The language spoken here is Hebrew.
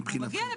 מגיע.